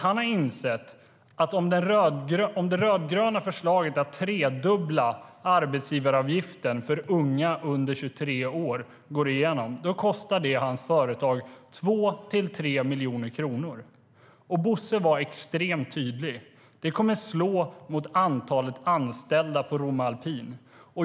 Han har insett att om det rödgröna förslaget att tredubbla arbetsgivaravgiften för unga under 23 år går igenom kostar det hans företag 2-3 miljoner kronor. Bosse var extremt tydlig. Det kommer att slå mot antalet anställda på Romme Alpin.